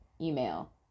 Email